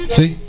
See